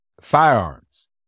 firearms